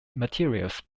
materials